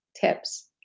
tips